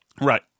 Right